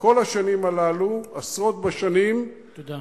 כל השנים הללו, עשרות בשנים, תודה.